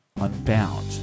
unbound